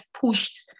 pushed